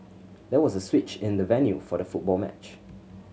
there was a switch in the venue for the football match